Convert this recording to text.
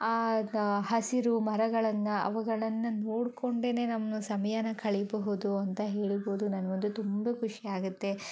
ಆಗ ಹಸಿರು ಮರಗಳನ್ನ ಅವುಗಳನ್ನ ನೋಡ್ಕೊಂಡೇನೇ ನಮ್ಮ ಸಮಯನ ಕಳಿಬಹುದು ಅಂತ ಹೇಳಬಹುದು ನನಗಂತೂ ತುಂಬ ಖುಷಿಯಾಗುತ್ತೆ